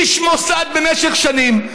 איש מוסד במשך שנים,